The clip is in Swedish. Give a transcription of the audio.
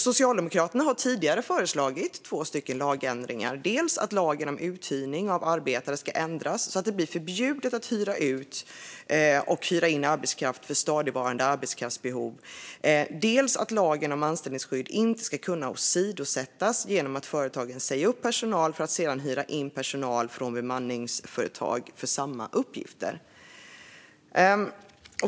Socialdemokraterna har tidigare föreslagit två lagändringar: dels att lagen om uthyrning av arbetstagare ska ändras så att det blir förbjudet att hyra ut och hyra in arbetskraft för ett stadigvarande arbetskraftsbehov, dels att lagen om anställningsskydd inte ska kunna åsidosättas genom att företag säger upp personal för att sedan hyra in personal från bemanningsföretag för samma uppgifter.